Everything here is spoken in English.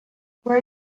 where